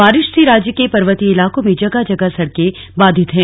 बारिश से राज्य के पर्वतीय इलाकों में जगह जगह सड़कें बाधित हैं